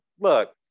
look